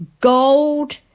Gold